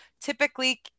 Typically